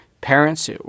parents